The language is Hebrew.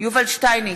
יובל שטייניץ,